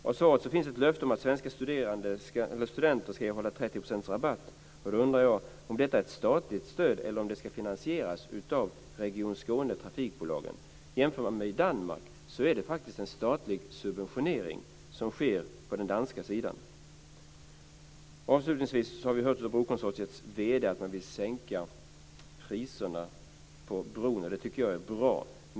I svaret finns ett löfte om att svenska studenter ska erhålla 30 % rabatt. Jag undrar om detta är ett statligt stöd eller om det ska finansieras av Region Skåne och trafikbolagen. Man kan jämföra med Danmark. Det är faktiskt en statlig subventionering som sker på den danska sidan. Avslutningsvis har vi hört av brokonsortiets vd att man vill sänka priserna på bron. Det tycker jag är bra.